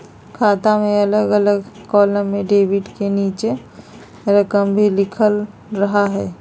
खाते में अलग अलग कालम में डेबिट के नीचे रकम भी लिखल रहा हइ